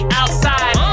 outside